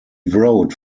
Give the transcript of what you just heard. wrote